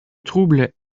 trouble